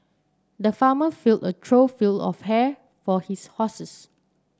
the farmer filled a trough feel of hay for his horses